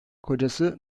kocası